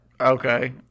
okay